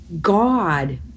God